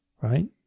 Right